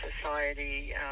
Society